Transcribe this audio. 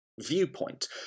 viewpoint